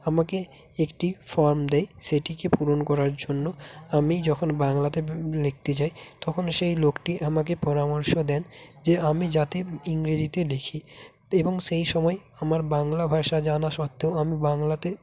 আমাকে একটি ফর্ম দেয় সেটিকে পূরণ করার জন্য আমি যখন বাংলাতে লিখতে যাই তখন সেই লোকটি আমাকে পরামর্শ দেন যে আমি যাতে ইংরেজিতে লিখি এবং সেই সময় আমার বাংলা ভাষা জানা সত্ত্বেও আমি বাংলাতে